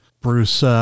Bruce